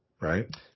Right